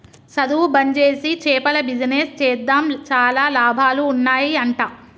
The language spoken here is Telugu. సధువు బంజేసి చేపల బిజినెస్ చేద్దాం చాలా లాభాలు ఉన్నాయ్ అంట